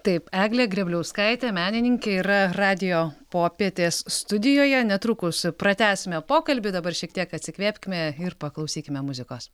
taip eglė grėbliauskaitė menininkė yra radijo popietės studijoje netrukus pratęsime pokalbį dabar šiek tiek atsikvėpkime ir paklausykime muzikos